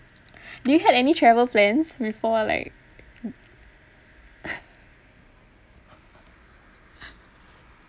do you had any travel plans before like